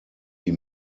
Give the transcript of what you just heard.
die